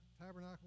Tabernacle